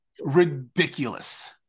ridiculous